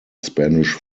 spanish